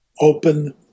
open